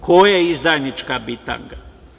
Ko je izdajnička bitanga?